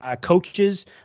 coaches